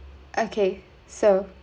okay so